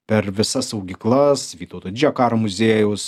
per visas saugyklas vytauto karo muziejaus